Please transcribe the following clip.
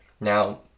Now